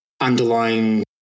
underlying